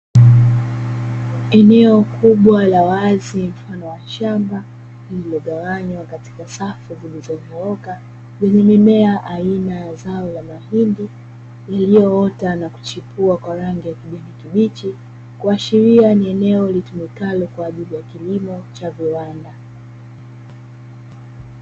Eneo kubwa la wazi mfano wa shamba lililogawanywa katika safu zilizonyooka kwenye mimea aina zao ya mahindi iliyoota na kuchipua kwa rangi ya kijani kibichi kuashiria ni eneo litumikalo kwa ajili ya kilimo cha viwanda.